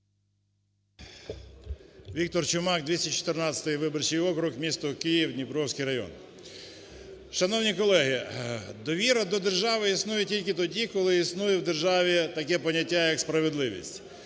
Віктор Чумак, 214-й виборчий округ, місто Київ, Дніпровський район. Шановні колеги, довіра до держави існує тільки тоді, коли існує в державі таке поняття як справедливість.